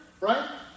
right